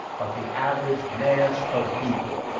but the average mass of people,